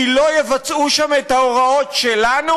כי לא יבצעו שם את ההוראות "שלנו"?